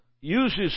uses